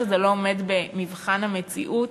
זה לא עומד במבחן המציאות,